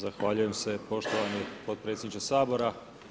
Zahvaljujem se poštovani potpredsjedniče Sabora.